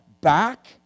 back